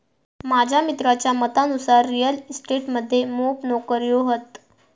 माझ्या मित्राच्या मतानुसार रिअल इस्टेट मध्ये मोप नोकर्यो हत